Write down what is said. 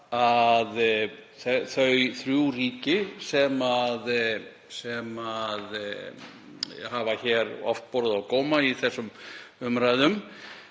að þau þrjú ríki sem hefur hér oft borið á góma í þessum umræðum,